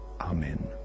Amen